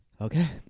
Okay